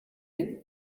est